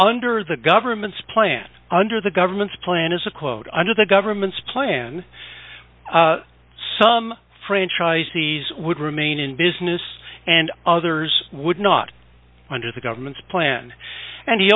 under the government's plan under the government's plan is a quote under the government's plan some franchisees would remain in business and others would not under the government's plan and he